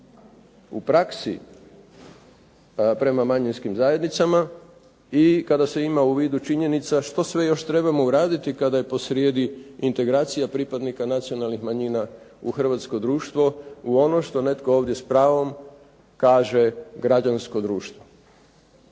u praksi prema manjinskim zajednicama i kada se ima u vidu činjenica što sve još trebamo uraditi kada je posrijedi integracija pripadnika nacionalnih manjina u hrvatsko društvo, u ono što netko ovdje s pravom kaže građansko društvo.